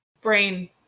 brain